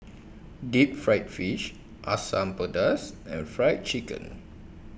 Deep Fried Fish Asam Pedas and Fried Chicken